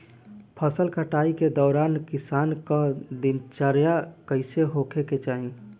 फसल कटाई के दौरान किसान क दिनचर्या कईसन होखे के चाही?